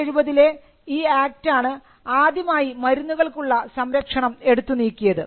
1970 ലെ ഈ ആക്ട് ആണ് ആദ്യമായി മരുന്നുകൾക്കുള്ള സംരക്ഷണം എടുത്തു നീക്കിയത്